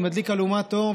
אני מדליק אלומת אור,